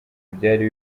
byari